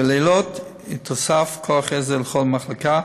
בלילות יתווסף כוח עזר לכל מחלקה,